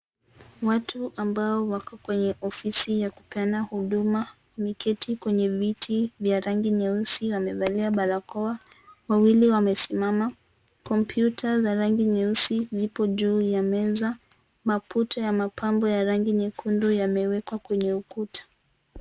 Watu ambao wako kwenye ofisi ya kupeana huduma wameketi kwenye viti vya rangi nyeusi na wamevalia barakoa, wawili wamesimama. Kompyuta za rangi nyeusi zipo juu ya meza. Maputo ya mapambo ya rangi nyekundu yamewekwa kwenye ukuta.